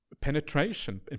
penetration